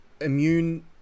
immune